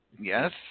Yes